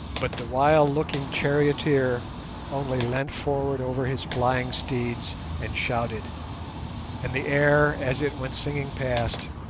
but the wild-looking charioteer only leant forward over his flying steeds and shouted and the air, as it went singing past,